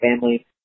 family